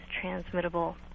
transmittable